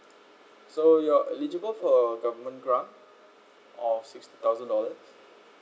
so you're eligible for a government grant of sixty thousand dollars